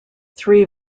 three